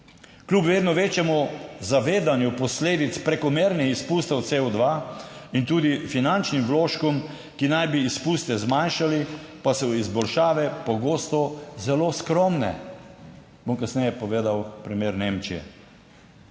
kljub vedno večjemu zavedanju posledic prekomernih izpustov CO2 in tudi finančnim vložkom, ki naj bi izpuste zmanjšali, pa so izboljšave pogosto zelo skromne. Bom kasneje povedal primer Nemčije.